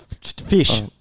Fish